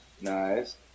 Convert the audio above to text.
Nice